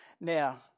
Now